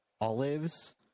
Olives